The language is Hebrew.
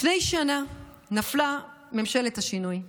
לפני שנה נפלה ממשלת השינוי.